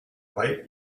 light